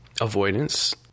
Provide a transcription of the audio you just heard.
avoidance